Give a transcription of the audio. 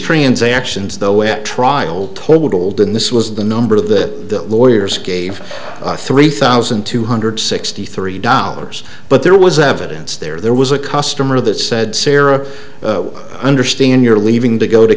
transactions though at trial totaled and this was the number of the lawyers gave three thousand two hundred sixty three dollars but there was evidence there was a customer that said sarah understand you're leaving to go to